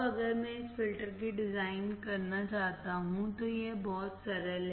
अब अगर मैं इस फ़िल्टर को डिज़ाइन करना चाहता हूं तो यह बहुत सरल है